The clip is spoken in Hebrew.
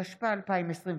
התשפ"א 2021,